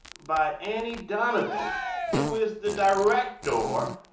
by annie donovan who is the director